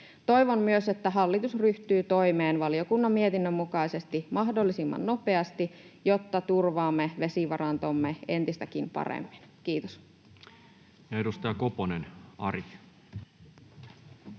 Toivon myös, että hallitus ryhtyy toimeen valiokunnan mietinnön mukaisesti mahdollisimman nopeasti, jotta turvaamme vesivarantomme entistäkin paremmin. — Kiitos. [Speech 65]